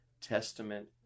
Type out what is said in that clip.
Testament